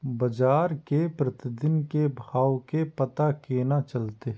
बजार के प्रतिदिन के भाव के पता केना चलते?